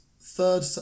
third